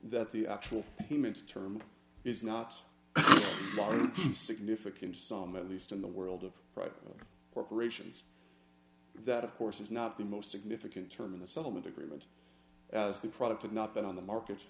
that the actual payment term is not a significant sum at least in the world of private corporations that of course is not the most significant term in the settlement agreement as the product of not been on the market